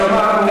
שמענו.